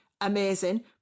Amazing